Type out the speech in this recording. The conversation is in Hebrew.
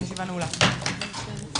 הישיבה ננעלה בשעה 14:40.